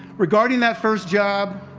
regarding that first job,